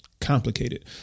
complicated